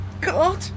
God